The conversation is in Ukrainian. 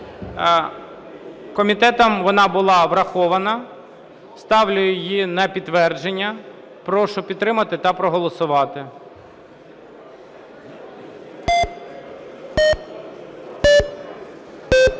Комітетом вона була врахована. Ставлю її на підтвердження. Прошу підтримати та проголосувати.